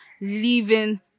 leaving